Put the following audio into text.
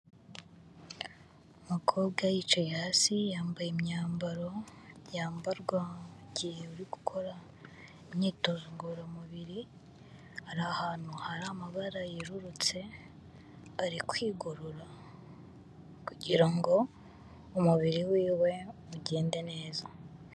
Umukobwa yicaye hasi yambaye imyambaro yambarwa mu giye bari gukora imyitozo ngororamubiri, ari ahantu hari amabara yururutse, ari kwigorora kugira ngo umubiri wiwe ugende neza.